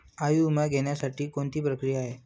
आयुर्विमा घेण्यासाठी कोणती प्रक्रिया आहे?